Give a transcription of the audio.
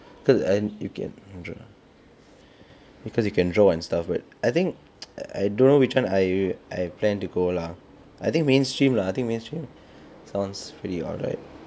because I think you can draw because you can draw and stuff but I think I don't know which one I I plan to go lah I think mainstream lah I think mainstream sounds pretty alright